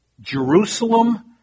Jerusalem